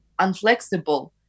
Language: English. unflexible